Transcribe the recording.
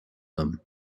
them